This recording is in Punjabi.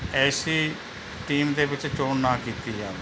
ਐਸੀ ਟੀਮ ਦੇ ਵਿੱਚ ਚੋਣ ਨਾ ਕੀਤੀ ਜਾਵੇ